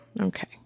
Okay